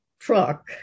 truck